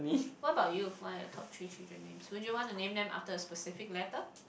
what about you what are your top three children names would you want to name them after a specific letter